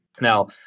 Now